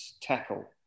tackle